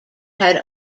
had